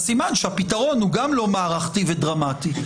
סימן שהפתרון גם לא מערכתי ודרמטי.